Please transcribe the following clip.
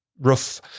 rough